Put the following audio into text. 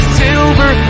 silver